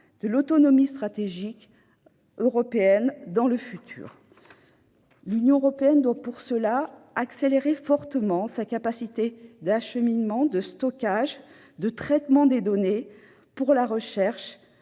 de l'autonomie stratégique européenne dans le futur. Pour cela, l'Union européenne doit améliorer fortement sa capacité d'acheminement, de stockage et de traitement des données, pour la recherche